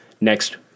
next